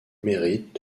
mérite